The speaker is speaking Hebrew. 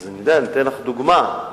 אני אתן לך דוגמה: